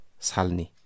salni